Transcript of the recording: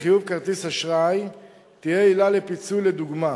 לחיוב כרטיס אשראי תהיה עילה לפיצוי לדוגמה.